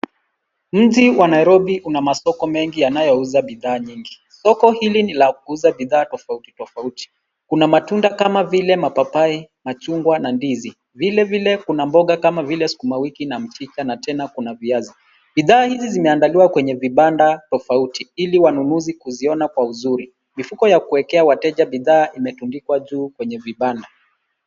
Mji wa Nairobi una masoko mengi yanayouza bidhaa nyingi. Soko hili ni la kuuza bidhaa tofauti, tofauti. Kuna matunda kama vile mapapai, machungwa na ndizi. Vilevile kuna mboga kama vile sukuma wiki na mchicha na tena kuna viazi. Bidhaa hizi zimeandaliwa kwenye vibanda tofauti ili wanunuzi kuziona kwa uzuri. Mifuko ya kuwekea wateja bidhaa imetundikwa juu kwenye viwanda.